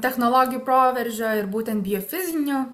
technologijų proveržio ir būtent biofizinių